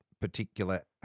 particular